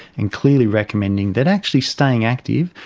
and clearly recommending that actually staying active,